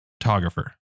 photographer